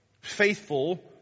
faithful